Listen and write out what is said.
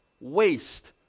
waste